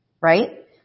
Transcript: right